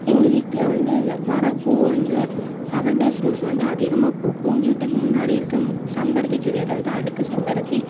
எங்கள் வீட்டில் வந்து வ வர பூ வந்து செவன் டேஸ் ரோஸ் வந்து அதிகமாக பூக்கும் வீட்டுக்கு முன்னாடி இருக்கம் செம்பருத்தி செடி அதாவது அடுக்கு செம்பருத்தி